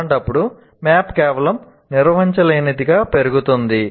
అలాంటప్పుడు మ్యాప్ కేవలం నిర్వహించలేనిదిగా పెరుగుతుంది